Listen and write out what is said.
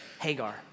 Hagar